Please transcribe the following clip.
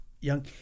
young